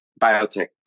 biotech